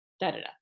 da-da-da